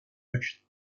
butch